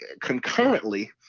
concurrently